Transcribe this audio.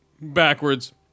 backwards